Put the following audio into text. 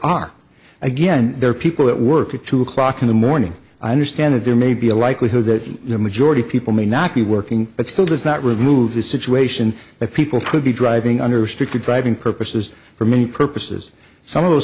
are again there are people that work at two o'clock in the morning i understand that there may be a likelihood that the majority people may not be working but still does not remove the situation that people could be driving under strict driving purposes for many purposes some of th